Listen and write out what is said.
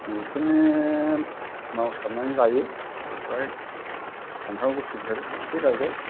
बेखौनो मावसाबनानै जायो ओमफ्राय फान्थाव गोखैफोर एसे गायबाय